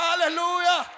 Hallelujah